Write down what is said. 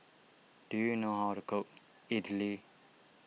do you know how to cook Idili